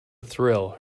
thrill